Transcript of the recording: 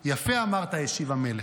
יפה אמרת, השיב המלך.